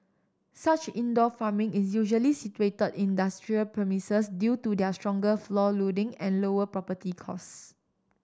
such indoor farming is usually situated in industrial premises due to their stronger floor loading and lower property costs